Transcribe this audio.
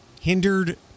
hindered